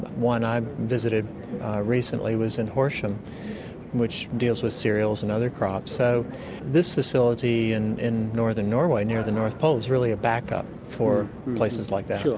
one i visited recently was in horsham which deals with cereals and other crops. so this facility and in northern norway near the north pole is really a backup for places like that.